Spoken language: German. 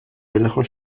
welcher